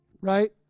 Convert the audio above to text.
right